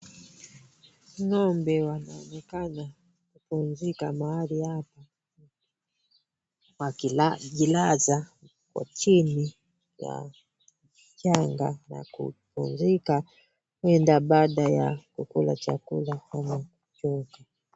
Ng'ombe wanaonekana kupumzika mahali hapa wakijilaza chini ya mchanga na kupumzika, huenda baada ya kukula chakula ama kuchoka.